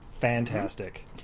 Fantastic